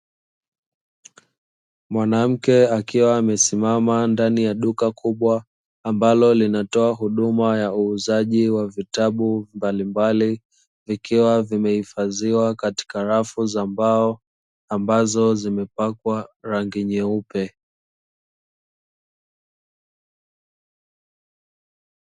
Mwanamke akiwa amesimama ndani ya duka kubwa, ambalo linatoa huduma ya uuzaji wa vitabu mbalimbali, vikiwa vimehifadhiwa katika rafu za mbao ambazo zimepakwa rangi nyeupe.